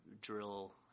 drill